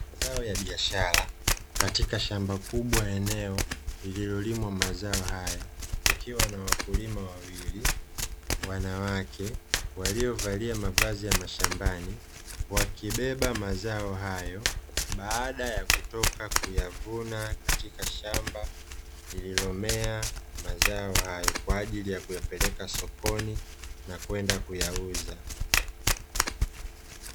Mazao ya biashara katika shamba kubwa eneo lililolimwa mazao haya kukiwa na wakulima wawili wanawake, waliovalia mavazi ya mashambani wakibeba mazao hayo, baada ya kutoka kuyavuna katika shamba lililomea mazao hayo, kwa ajili ya kuyapeleka sokoni na kwenda kuyauza.